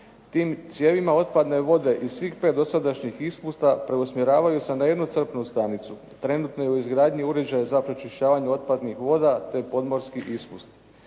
Tim cijevima otpadne vode iz svih 5 dosadašnjih ispusta preusmjeravaju se na jednu crpnu stanicu. Trenutno je u izgradnji uređaj za pročišćavanje otpadnih voda te podmorskih ispusta.